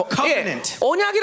covenant